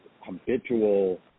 habitual